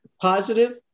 positive